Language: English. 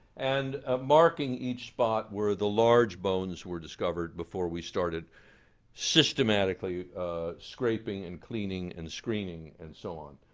and ah marking each spot where the large bones were discovered before we started systematically scraping and cleaning and screening and so on.